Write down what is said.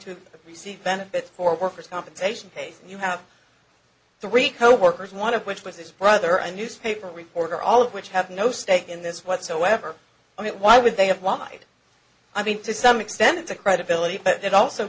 to receive benefits for workers compensation case you have three coworkers one of which was his brother a newspaper reporter all of which have no stake in this whatsoever on it why would they have wide i mean to some extent the credibility but it also